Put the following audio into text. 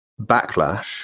backlash